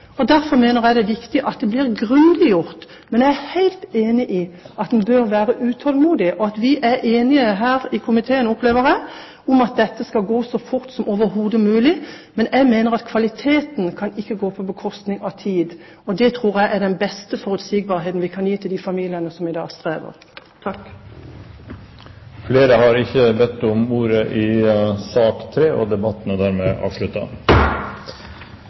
verre. Derfor mener jeg det er viktig at det blir gjort grundig. Men jeg er helt enig i at en bør være utålmodig. Vi er enige i komiteen, opplever jeg, om at dette skal gå så fort som overhodet mulig, men jeg mener at det ikke kan gå på bekostning av kvaliteten, og det tror jeg er den beste forutsigbarheten vi kan gi til de familiene som i dag strever. Flere har ikke bedt om ordet til sak nr. 3. Etter ønske fra kontroll- og